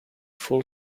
full